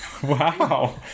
Wow